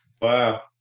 Wow